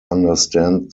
understand